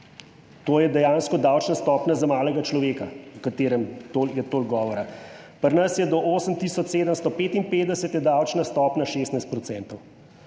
To je dejansko davčna stopnja za malega človeka, o katerem je toliko govora. Pri nas je do 8 tisoč 755 davčna stopnja 16 %.